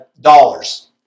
dollars